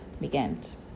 begins